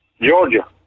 Georgia